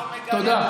תודה.